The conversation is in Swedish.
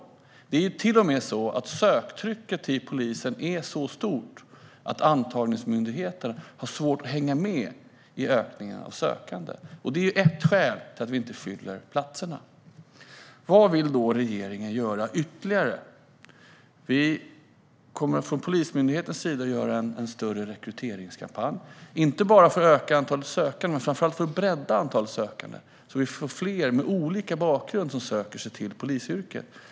Söktrycket till polisen är till och med så stort att antagningsmyndigheten har svårt att hänga med i ökningen av antalet sökande. Detta är ett skäl till att vi inte fyller platserna. Vad vill då regeringen göra ytterligare? Man kommer från Polismyndighetens sida att inleda en större rekryteringskampanj, inte för att öka antalet sökande utan framför allt för att öka bredden bland de sökande så att vi får fler med olika bakgrund som söker sig till polisyrket.